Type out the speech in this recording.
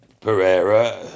Pereira